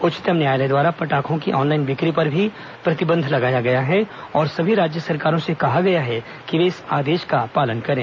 उच्चतम न्यायालय द्वारा पटाखों की ऑनलाइन बिक्री पर भी प्रतिबंध लगाया गया है और सभी राज्य सरकारों से कहा गया है कि वे इस आदेश का पालन करें